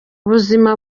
buzima